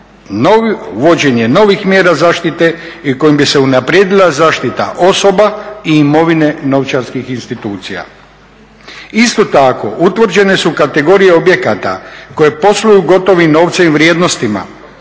uvođenje novih mjera zaštite i kojim bi se unaprijedila zaštita osoba i imovine novčarskih institucija. Isto tako, utvrđene su kategorije objekata koje posluju gotovim novcem i vrijednostima